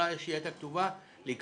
-- ושל המחנה הציוני, אמרתי לך את זה.